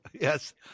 Yes